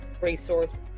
resource